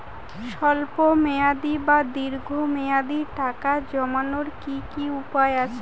স্বল্প মেয়াদি বা দীর্ঘ মেয়াদি টাকা জমানোর কি কি উপায় আছে?